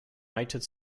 united